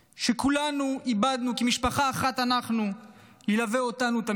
שכולנו איבדנו, כמשפחה אחת, ילוו אותנו תמיד.